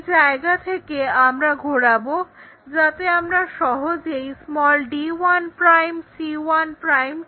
এই জায়গা থেকে আমরা ঘোরাবো যাতে আমরা সহজেই d1 c1 কে চিহ্নিত করতে পারি